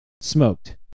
smoked